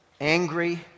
angry